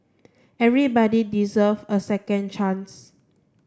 everybody deserve a second chance